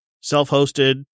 self-hosted